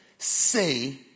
say